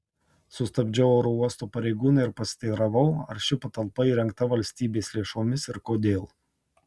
sustabdžiau oro uosto pareigūną ir pasiteiravau ar ši patalpa įrengta valstybės lėšomis ir kodėl